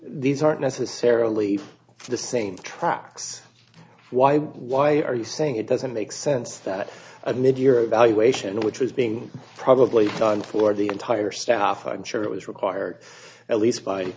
these aren't necessarily the same tracks why why are you saying it doesn't make sense that it made your evaluation which was being probably done for the entire staff i'm sure it was required at least by